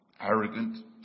arrogant